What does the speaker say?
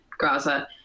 Graza